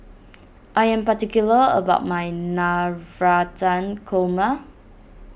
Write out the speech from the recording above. I am particular about my Navratan Korma